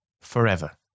forever